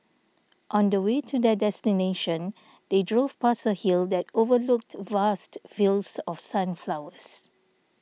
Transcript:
on the way to their destination they drove past a hill that overlooked vast fields of sunflowers